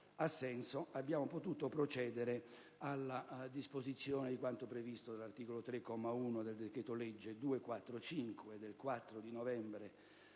abbiamo potuto procedere alla disposizione di quanto previsto dell'articolo 3, comma 1, del decreto-legge del 4 novembre